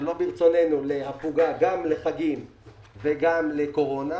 שלא מרצוננו להפוגה גם לחגים וגם לקורונה.